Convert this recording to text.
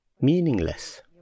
meaningless